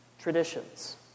traditions